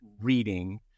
reading